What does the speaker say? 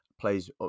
plays